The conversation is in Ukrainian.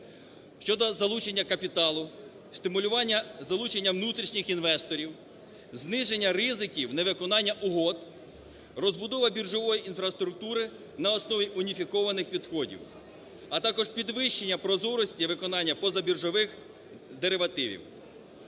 щодо залучення капіталу, стимулювання залучення внутрішніх інвесторів, зниження ризиків невиконання угод, розбудова біржової інфраструктури на основі уніфікованих підходів, а також підвищення прозорості виконання позабіржових деривативів.